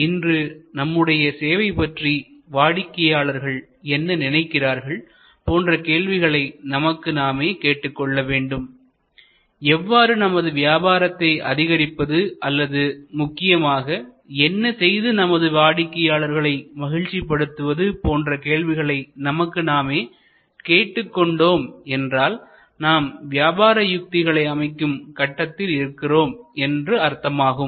இன்று நம்முடைய சேவை பற்றி வாடிக்கையாளர்கள் என்ன நினைக்கிறார்கள் போன்ற கேள்விகளை நமக்கு நாமே கேட்டுக் கொள்ள வேண்டும் எவ்வாறு நமது வியாபாரத்தை அதிகரிப்பது அல்லது முக்கியமாக என்ன செய்து நமது வாடிக்கையாளர்களை மகிழ்ச்சிப்படுத்துவது போன்ற கேள்விகளை நமக்குநாமே கேட்டுக் கொண்டோம் என்றால் நாம் வியாபார யுக்திகளை அமைக்கும் கட்டத்தில் இருக்கிறோம் என்று அர்த்தமாகும்